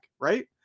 right